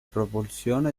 propulsione